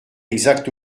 exact